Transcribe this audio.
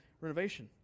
renovation